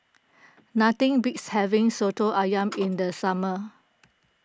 nothing beats having Soto Ayam in the summer